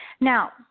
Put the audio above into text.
Now